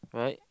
right